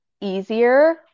easier